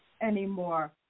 anymore